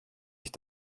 mich